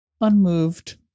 unmoved